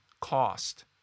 cost